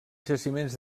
jaciments